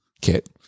kit